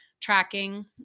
tracking